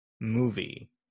movie